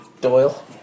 Doyle